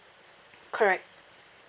correct